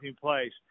place